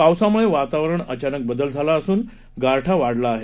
पावसामुळे वातावरणात अचानक बदल झाला असून गारठा वाढला आहे